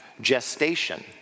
gestation